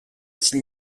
s’il